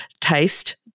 taste